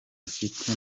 afite